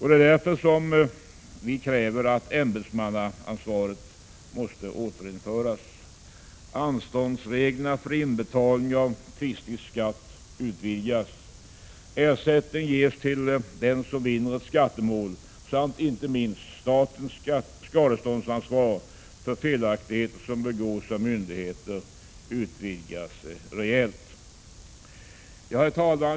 Det är därför som vi kräver att ämbetsmannaansvaret återinförs, att anståndsreglerna för inbetalning av tvistig skatt utvidgas, att ersättning ges till den som vinner ett skattemål samt inte minst att statens skadeståndsansvar för felaktigheter som begås av myndigheter utvidgas rejält. Herr talman!